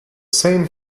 same